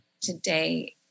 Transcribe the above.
today